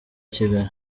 kigali